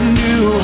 new